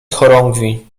chorągwi